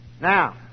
Now